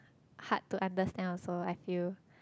hard to understand also I feel